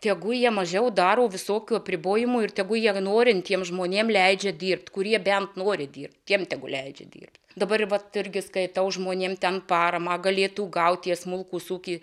tegu jie mažiau daro visokių apribojimų ir tegu jie norintiems žmonėms leidžia dirbt kurie bent nori dirbt tiems tegu leidžia dirbt dabar vat irgi skaitau žmonėm ten paramą galėtų gauti tie smulkūs ūkiai